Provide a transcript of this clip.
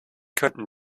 könnten